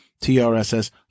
TRSS